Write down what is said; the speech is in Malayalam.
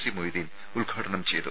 സി മൊയ്തീൻ ഉദ്ഘാടനം ചെയ്തു